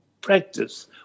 practice